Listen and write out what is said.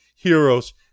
Heroes